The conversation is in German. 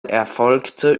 erfolgte